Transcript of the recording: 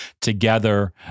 together